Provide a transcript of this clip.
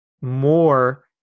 more